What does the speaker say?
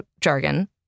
jargon